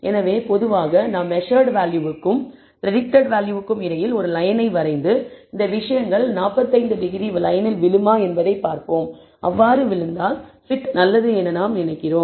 எனவே பொதுவாக நாம் மெசர்ட் வேல்யூவுக்கும் பிரடிக்டட் வேல்யூவுக்கும் இடையில் ஒரு லயன் ஐ வரைந்து இந்த விஷயங்கள் 45 டிகிரி லயனில் விழுமா என்பதைப் பார்ப்போம் அவ்வாறு விழுந்தால் fit நல்லது என்று நாம் நினைக்கிறோம்